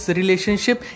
relationship